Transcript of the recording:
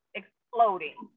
exploding